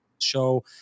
Show